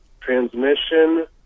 transmission